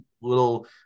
little